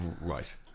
Right